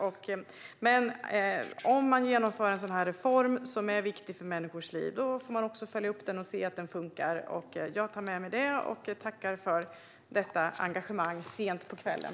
Om man genomför en sådan här reform, som är viktig för människors liv, får man dock även följa upp den och se till att den funkar. Jag tar med mig det och tackar för detta engagemang sent på kvällen.